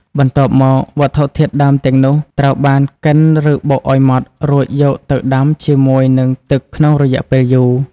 បន្ទាប់មក វត្ថុធាតុដើមទាំងនោះត្រូវបានកិនឬបុកឱ្យម៉ត់រួចយកទៅដាំជាមួយនឹងទឹកក្នុងរយៈពេលយូរ។